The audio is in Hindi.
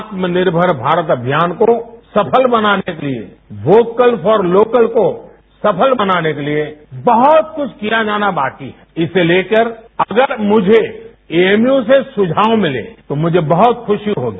आत्मनिर्भर भारत को सफल बनाने के लिए वोकल फॉर लोकल को सफल बनाने के लिए बहुत कुछ किया जाना बाकी है इसे लेकर अगर मुझे एएमयू से सुझाव मिलें तो मुझे बहुत खुशी होगी